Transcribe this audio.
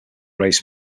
raise